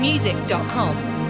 Music.com